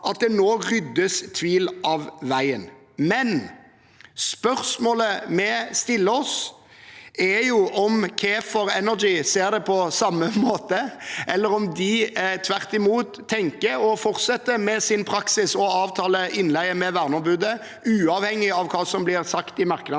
at tvilen nå ryddes av veien. Spørsmålet vi stiller oss, er om KAEFER Energy ser det på samme måte, eller om de tvert imot tenker å fortsette med sin praksis og avtale innleie med verneombudet, uavhengig av hva som blir sagt i merknads form